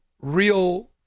real